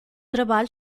trabalho